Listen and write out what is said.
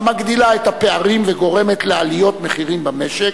המגדילה את הפערים בחברה וגורמת לעליות מחירים במשק.